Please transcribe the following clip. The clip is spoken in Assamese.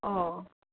অঁ